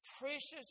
precious